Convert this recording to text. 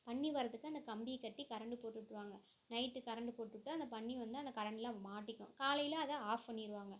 பன்றி வரத்துக்கு அந்த கம்பி கட்டி கரெண்ட்டு போட்டுவிட்ருவாங்க நைட்டு கரெண்ட்டு போட்டு விட்டா அந்த பன்றி வந்து அந்த கரெண்ட்ல மாட்டிக்கும் காலையில அதை ஆஃப் பண்ணிடுவாங்க